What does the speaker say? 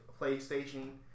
PlayStation